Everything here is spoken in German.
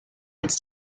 als